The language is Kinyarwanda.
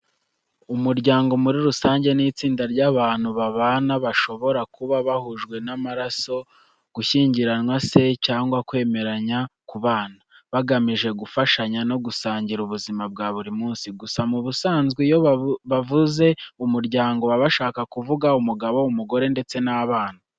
Umuryango muri rusange ni itsinda ry’abantu babana, bashobora kuba bahujwe n’amaraso, gushyingiranwa se, cyangwa kwemeranya kubana, bagamije gufashanya no gusangira ubuzima bwa buri munsi. Gusa mu busanzwe, iyo bavuze umuryango baba bashaka kuvuga umugabo, umugore ndetse n'abana.